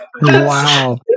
wow